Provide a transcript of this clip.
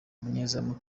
umunyezamu